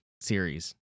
series